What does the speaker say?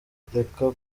kureka